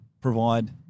provide